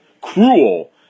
cruel